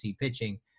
pitching